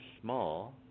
small